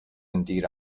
indeed